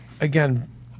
again